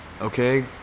Okay